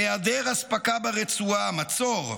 היעדר אספקה ברצועה, מצור,